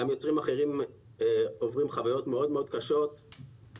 גם יוצרים אחרים עוברים חוויות קשות מאוד